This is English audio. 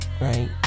right